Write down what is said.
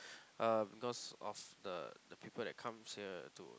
um because of the the people that comes here to